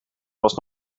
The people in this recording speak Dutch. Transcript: was